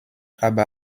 aber